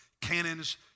cannons